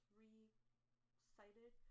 recited